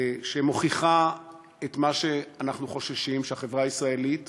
שמוכיחה את מה שאנחנו חוששים: שהחברה הישראלית